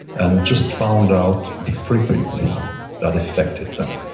and just found out the frequency that affected them.